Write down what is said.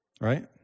right